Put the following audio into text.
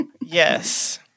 Yes